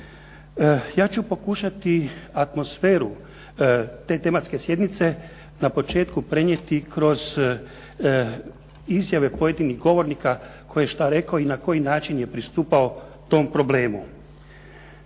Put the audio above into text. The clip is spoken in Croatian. Ja ću pokušati atmosferu te tematske sjednice na početku prenijeti kroz izjave pojedinih govornika tko je što rekao i na koji način je pristupao tom problemu.